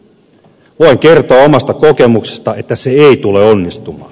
voin kertoa omasta kokemuksesta että se ei tule onnistumaan